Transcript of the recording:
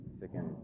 second